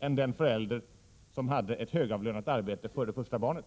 än den förälder som hade ett högavlönat arbete före första barnet.